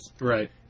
Right